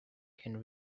can